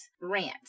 rant